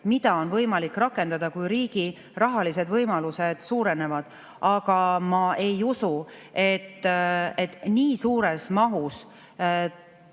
mida on võimalik rakendada, kui riigi rahalised võimalused suurenevad. Aga ma ei usu, et nii suures mahus